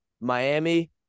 Miami